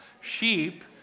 Sheep